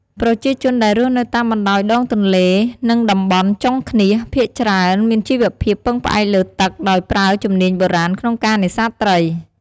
ប្រជាជនដែលរស់នៅតាមបណ្ដោយដងទន្លេ នៅតំបន់ចុងឃ្នាស ភាគច្រើនមានជីវភាពពឹងផ្អែកលើទឹក ដោយប្រើជំនាញបុរាណក្នុងការនេសាទត្រី។